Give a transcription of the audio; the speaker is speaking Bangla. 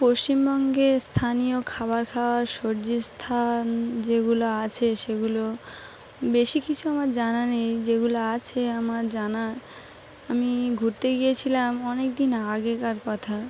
পশ্চিমবঙ্গে স্থানীয় খাবার খাওয়ার স্থান যেগুলো আছে সেগুলো বেশি কিছু আমার জানা নেই যেগুলো আছে আমার জানা আমি ঘুরতে গিয়েছিলাম অনেকদিন আগেকার কথা